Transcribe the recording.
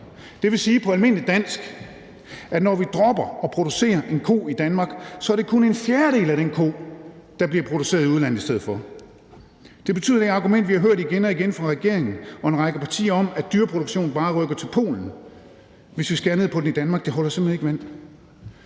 Det vil på almindeligt dansk sige, at når vi dropper at producere en ko i Danmark, er det kun en fjerdedel af den ko, der bliver produceret i udlandet i stedet for. Det betyder, at det argument, vi har hørt igen og igen fra regeringen og en række partier, om, at dyreproduktionen bare rykker til Polen, hvis vi skærer ned på den i Danmark, simpelt hen ikke